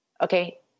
Okay